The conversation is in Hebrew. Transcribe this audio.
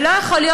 ולא יכול להיות,